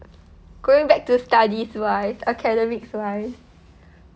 going back to studies wise academics wise